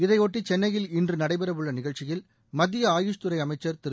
இதையொட்டி சென்னையில் இன்று நடைபெறவுள்ள நிகழ்ச்சியில் மத்திய அயுஷ் துறை அமைச்சர் திரு